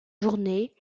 journée